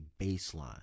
baseline